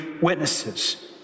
witnesses